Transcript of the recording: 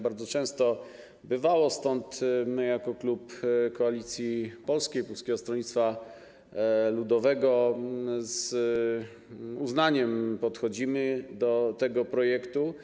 Bardzo często tak bywało, dlatego my jako klub Koalicji Polskiej - Polskiego Stronnictwa Ludowego z uznaniem podchodzimy do tego projektu.